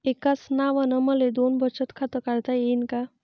एकाच नावानं मले दोन बचत खातं काढता येईन का?